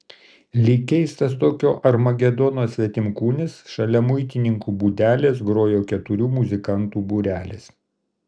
lyg keistas tokio armagedono svetimkūnis šalia muitininkų būdelės grojo keturių muzikantų būrelis